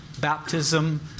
Baptism